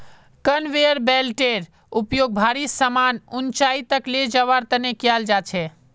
conveyor बेल्टेर उपयोग भारी समान ऊंचाई तक ले जवार तने कियाल जा छे